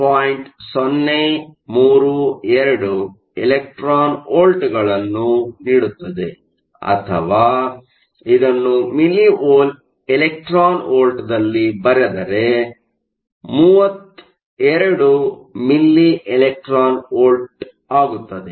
032 electron ವೋಲ್ಟ್ಸ್ಗಳನ್ನು ನೀಡುತ್ತದೆ ಅಥವಾ ಇದನ್ನು ಮಿಲಿ ಎಲೆಕ್ಟ್ರಾನ್ ವೋಲ್ಟ್ದಲ್ಲಿ ಬರೆದರೆ 32 ಮಿಲ್ಲಿ ಎಲೆಕ್ಟ್ರಾನ್ ವೋಲ್ಟ್ಆಗುತ್ತದೆ